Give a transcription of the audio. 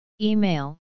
Email